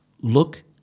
Look